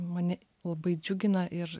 mane labai džiugina ir